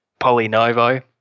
polynovo